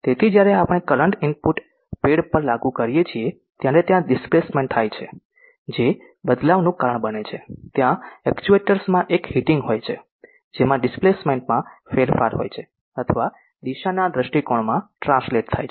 તેથી જ્યારે આપણે કરંટ ઇનપુટ પેડ લાગુ કરીએ છીએ ત્યારે ત્યાં ડિસ્પ્લેસમેન્ટ થાય છે જે બદલાવનું કારણ બને છે ત્યાં એક્ચ્યુએટર્સ માં એક હીટિંગ હોય છે જેમાં ડિસ્પ્લેસમેન્ટ માં ફેરફાર હોય છે અથવા દિશાના દૃષ્ટિકોણ માં ટ્રાન્સલેટ થાય છે